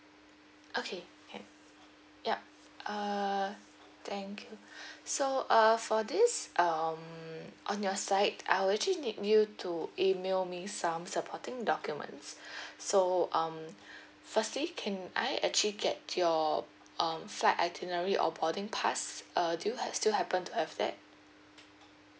okay can yup uh thank you so uh for this um on your side I will actually need you to email me some supporting documents so um firstly can I actually get your um flight itinerary or boarding pass uh do have still happen to have that